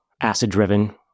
acid-driven